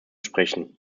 sprechen